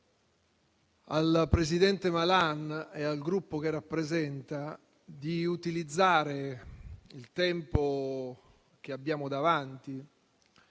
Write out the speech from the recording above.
al presidente Malan e al Gruppo che rappresenta di utilizzare il tempo che abbiamo davanti,